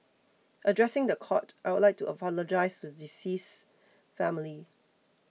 addressing the court I would like to apologise to the deceased's family